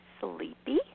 sleepy